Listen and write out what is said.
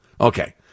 Okay